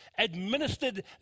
administered